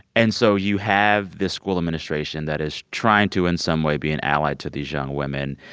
and so you have this school administration that is trying to, in some way, be an ally to these young women.